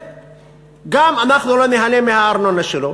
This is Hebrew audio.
וגם אנחנו לא ניהנה מהארנונה שלו.